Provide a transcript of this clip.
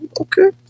okay